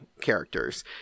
characters